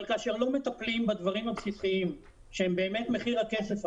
אבל כאשר לא מטפלים בדברים הבסיסיים שהם באמת מחיר הכסף,